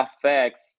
affects